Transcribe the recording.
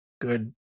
good